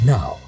Now